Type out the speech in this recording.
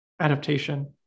adaptation